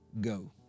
go